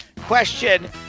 Question